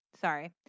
Sorry